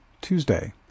Tuesday